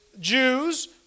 Jews